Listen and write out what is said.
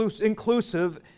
inclusive